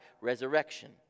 resurrection